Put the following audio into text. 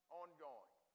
ongoing